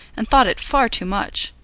and thought it far too much.